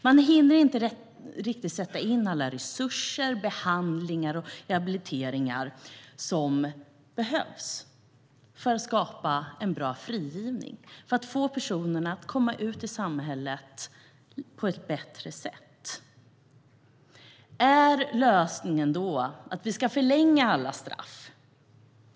Man hinner inte riktigt sätta in alla resurser, behandlingar och rehabiliteringar som behövs för att skapa en bra frigivning - för att få personerna att komma ut i samhället på ett bättre sätt. Är lösningen då att vi ska förlänga alla straff?